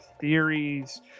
theories